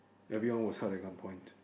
everyone was held at gunpoint